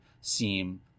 seem